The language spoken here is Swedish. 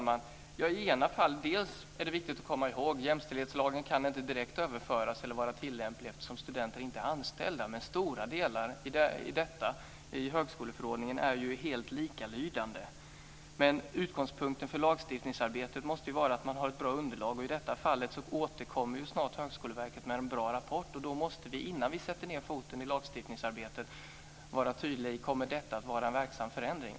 Fru talman! Det är viktigt att komma ihåg att jämställdhetslagen inte kan överföras direkt eller vara tillämplig eftersom studenter inte är anställda. Men stora delar i högskoleförordningen är ju helt likalydande. Men utgångspunkten för lagstiftningsarbetet måste ju vara att man har ett bra underlag, och i detta fall återkommer ju snart Högskoleverket med en bra rapport. Och innan vi sätter ned foten i lagstiftningsarbetet måste vi vara tydliga när det gäller om detta kommer att vara en verksam förändring.